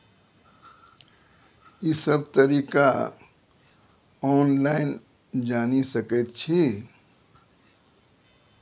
ई सब तरीका ऑनलाइन जानि सकैत छी?